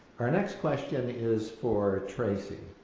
our next question is for tracey.